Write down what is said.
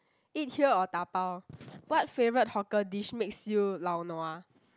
eat here or dabao what favourite hawker dish makes you lao nua